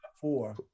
four